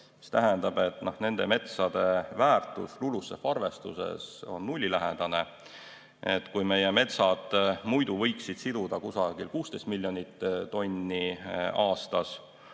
mis tähendab, et nende metsade väärtus LULUCF‑i arvestuses on nullilähedane. Kui meie metsad muidu võiksid siduda kusagil 16 miljonit tonni aastas